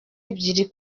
ebyiri